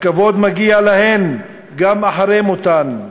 הכבוד מגיע להן גם אחרי מותן.